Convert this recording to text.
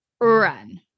Run